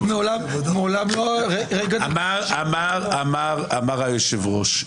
אמר היושב-ראש,